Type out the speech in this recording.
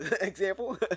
example